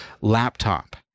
laptop